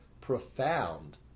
Profound